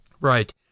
Right